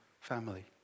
family